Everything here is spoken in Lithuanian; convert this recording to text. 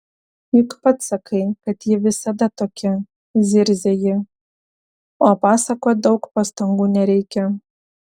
juk pats sakai kad ji visada tokia zirzia ji o pasakot daug pastangų nereikia